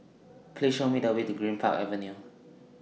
Please Show Me The Way to Greenpark Avenue